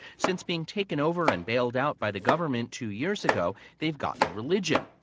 since being taken over and bailed out by the government two years ago, they've gotten religion.